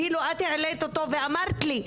אפילו את העלית אותו ואמרת לי,